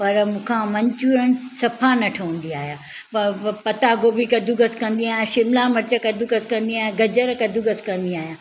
पर मूंखा मंचूरियन सफ़ा न ठहंदी आहे पता गोभी कदूकसु कंदी आहियां शिमला मिर्च कदूकसु कंदी आहियां गजरु कदूकसु कंदी आहियां